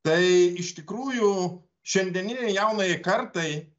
tai iš tikrųjų šiandieninei jaunajai kartai